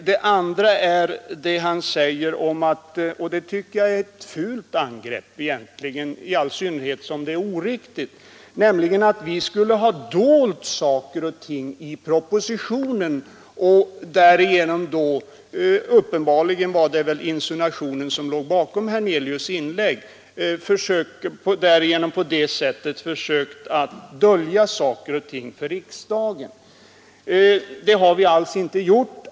Det andra jag vill rätta till är det han säger om att vi skulle ha dolt saker och ting i propositionen och på det sättet försökt dölja dessa saker för riksdagen — det var uppenbarligen en sådan insinuation som fanns i herr Hernelius” inlägg. Jag ty synnerhet som påståendet är oriktigt. Så har vi alls inte gjort.